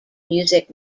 music